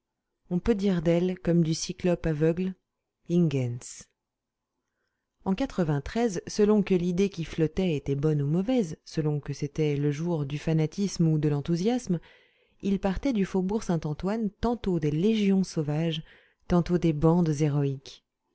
on peut dire d'elle comme du cyclope aveugle ingens en selon que l'idée qui flottait était bonne ou mauvaise selon que c'était le jour du fanatisme ou de l'enthousiasme il partait du faubourg saint-antoine tantôt des légions sauvages tantôt des bandes héroïques